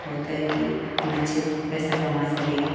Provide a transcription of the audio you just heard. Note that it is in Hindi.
होता है कि हम अच्छे पैसा कमा सकें